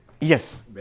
Yes